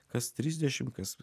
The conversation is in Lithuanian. kas trisdešim kas